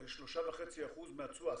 יש 3.5% מהתשואה.